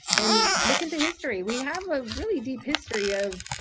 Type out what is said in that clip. and look into history we have a really deep history of